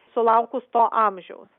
sulaukus to amžiaus